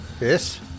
yes